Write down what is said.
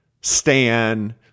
stan